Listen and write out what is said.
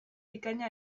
bikaina